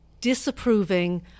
disapproving